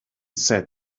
set